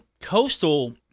Coastal